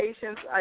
patients